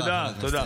תודה, תודה.